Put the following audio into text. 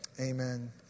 Amen